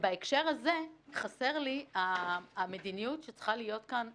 ובהקשר הזה חסר לי המדיניות שצריכה להיות כאן למפקדים.